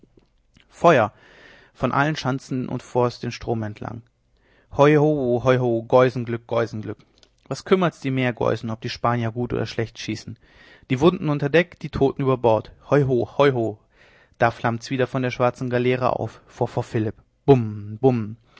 feuer von allen schanzen und forts den strom entlang hoiho hoiho geusenglück geusenglück was kümmert's die meergeusen ob die spanier gut oder schlecht schießen die wunden unter deck die toten über bord hoiho hoiho da flammt's wieder von der schwarzen galeere auf vor fort philipp